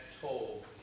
told